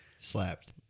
Slapped